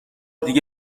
دیگه